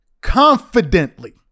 Confidently